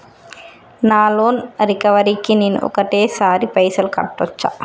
నా loan recovery కి నేను ఒకటేసరి పైసల్ కట్టొచ్చా?